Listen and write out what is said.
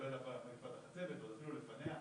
כולל עוד תקופת החצבת ועוד אפילו לפניה,